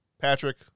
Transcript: Patrick